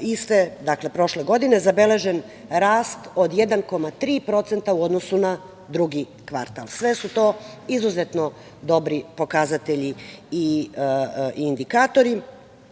iste, prošle godine, zabeležen rast od 1,3% u odnosu na drugi kvartal. Sve su to izuzetno dobri pokazatelji i indikatori. Kao